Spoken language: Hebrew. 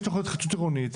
יש תכנית התחדשות עירונית,